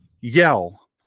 yell